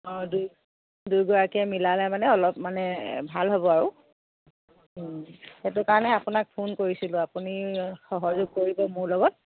অঁ দুই দুয়োগৰাকীয়ে মিলালে মানে অলপ মানে ভাল হ'ব আৰু সেইটো কাৰণে আপোনাক ফোন কৰিছিলোঁ আপুনি সহযোগ কৰিব মোৰ লগত